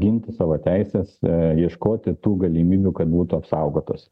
ginti savo teises ieškoti tų galimybių kad būtų apsaugotos